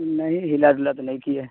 نہیں ہلا ڈلا تو نہیں کی ہے